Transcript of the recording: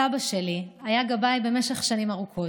סבא שלי היה גבאי במשך שנים ארוכות.